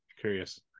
curious